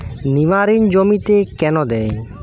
নিমারিন জমিতে কেন দেয়?